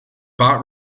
bart